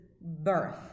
birth